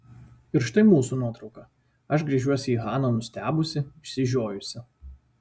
ir štai mūsų nuotrauka aš gręžiuosi į haną nustebusi išsižiojusi